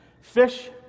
fish